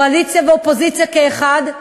קואליציה ואופוזיציה כאחד,